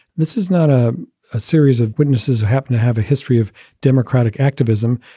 this is not ah a series of witnesses who happen to have a history of democratic activism.